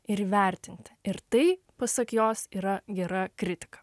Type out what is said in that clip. ir vertinti ir tai pasak jos yra gera kritika